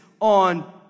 on